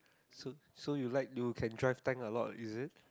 so so you like you can drive tank a lot is it